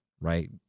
right